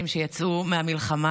כי כמה שזה מרגש,